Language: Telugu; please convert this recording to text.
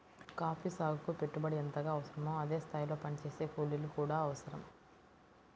కాఫీ సాగుకి పెట్టుబడి ఎంతగా అవసరమో అదే స్థాయిలో పనిచేసే కూలీలు కూడా అవసరం